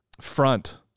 front